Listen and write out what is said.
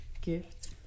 Gift